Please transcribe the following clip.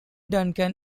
duncan